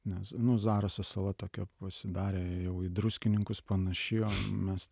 nes nu zaraso sala tokia pasidarė jau į druskininkus panaši o mes